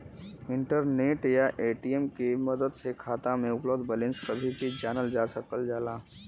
internet या ATM के मदद से खाता में उपलब्ध बैलेंस कभी भी जानल जा सकल जाला